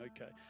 Okay